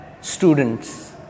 students